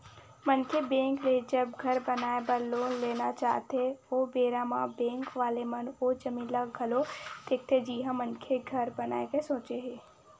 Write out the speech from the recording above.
मनखे बेंक ले जब घर बनाए बर लोन लेना चाहथे ओ बेरा म बेंक वाले मन ओ जमीन ल घलो देखथे जिहाँ मनखे घर बनाए के सोचे हे